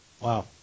Wow